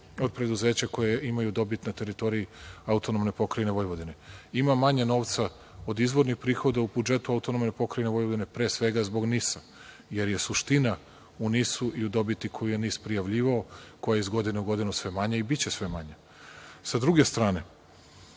od preduzeća koja imaju dobit na teritoriji AP Vojvodine. Ima manje novca od izvornih prihoda u budžetu AP Vojvodine, pre svega zbog NIS, jer je suština u NIS i dobiti koju je NIS prijavljivao, koja je iz godine u godinu sve manja i biće sve manja. Sa druge strane,